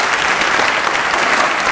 (מחיאות כפיים)